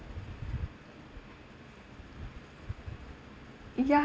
ya